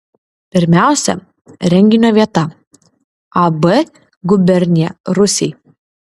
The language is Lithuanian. pirmiausia renginio vieta ab gubernija rūsiai